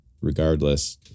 regardless